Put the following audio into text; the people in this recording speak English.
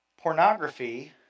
pornography